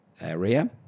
area